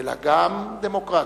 אלא גם דמוקרטית.